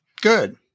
Good